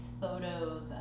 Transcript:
photos